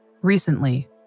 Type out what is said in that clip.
Recently